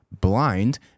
blind